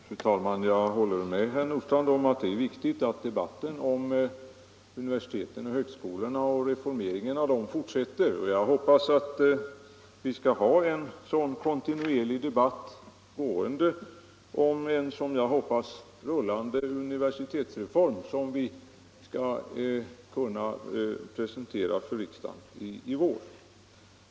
Fru talman! Jag håller med herr Nordstrandh om att det är viktigt att debatten om universitet och högskolor och reformeringen av dem fortsätter. Jag hoppas att vi skall få en kontinuerlig debatt om en, som jag hoppas, rullande universitetsform som vi skall presentera för riksdagen i vår.